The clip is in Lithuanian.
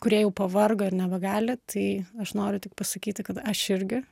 kurie jau pavargo ir nebegali tai aš noriu tik pasakyti kad aš irgi